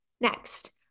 Next